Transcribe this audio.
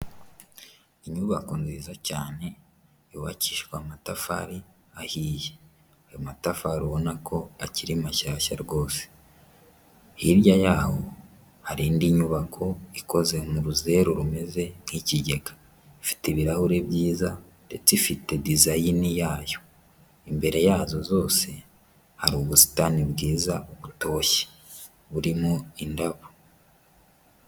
Inyubako nziza cyane yubakishijwe amatafari ahiye ayo matafari ubona ko akiri mashyashya rwose hirya yaho hari indi nyubako ikoze muzeru rumeze nk'ikigega ifite ibirahuri byiza ndetse ifite dezayini yayo imbere yazo zose hari ubusitani bwiza butoshye burimo indabo.